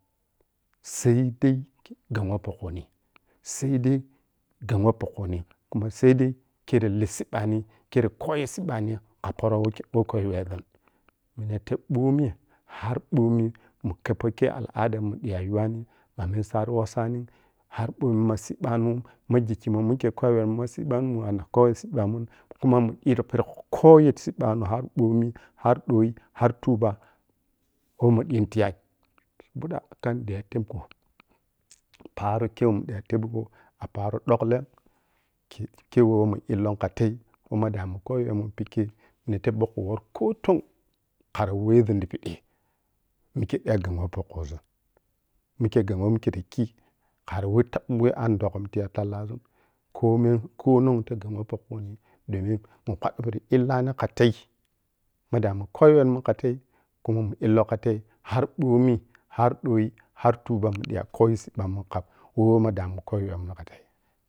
Saidai ghan mopokuni saidai ghanmo po kuni khuma saidai khero cibbani kogo cibbani kha poro weh le koyumezun minate ɓomi har ɓomi mukebpo khe alada muɓiya yuwani ɓamisai wohsani har ɓomi ma cibbano ɓa gikhimun mikhe ko yowemun ma cibbamun mun ɓiti piri koyo cibbamun khuma mun ɓiti piri koyo cibbamu ɓomi har ɓoyi har tuba woh mu ɓiyin tiya buhdon khan ɓiyan tebgon paro khei mo ɓiyan tebgo a paro ɓukhen ce-khemo mun illon kha khatei weh ma daman koyuwe mun pikhe niteb ɓohku workoh ton khar wezun ti piɓɓi mikhe ɓiya ghan we pokhuzun, mikhe ghan woh mikhe ta khi khari weh tab weh an doghom tiya tallazun koh me konon ta ghan me pokhuni domin mu kpaɓo piɓɓi illini khatei ma damun koyumemun khatei khumamu illo khatei harbomi har doyi har tuba mun diya koyo cibbamu kha mo mo madamun koyuwemun kater